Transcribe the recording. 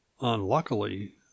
Unluckily